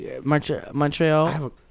Montreal